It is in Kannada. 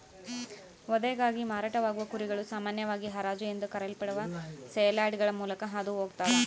ವಧೆಗಾಗಿ ಮಾರಾಟವಾಗುವ ಕುರಿಗಳು ಸಾಮಾನ್ಯವಾಗಿ ಹರಾಜು ಎಂದು ಕರೆಯಲ್ಪಡುವ ಸೇಲ್ಯಾರ್ಡ್ಗಳ ಮೂಲಕ ಹಾದು ಹೋಗ್ತವ